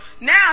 now